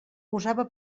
gosava